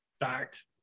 Fact